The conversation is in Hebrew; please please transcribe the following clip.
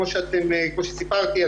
כמו שסיפרתי,